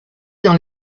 dans